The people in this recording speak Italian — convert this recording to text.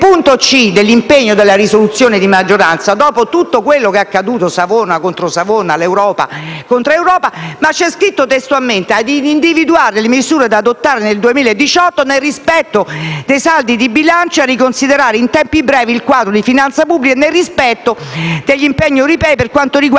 nel punto c) dell'impegno della risoluzione di maggioranza, dopo tutto quello che è accaduto (Savona contro Savona, l'Europa contro l'Europa), è scritto testualmente: «ad individuare le misure da adottare nel 2018 nel rispetto dei saldi di bilancio ed a riconsiderare in tempi brevi il quadro di finanza pubblica nel rispetto degli impegni europei per quanto riguarda i saldi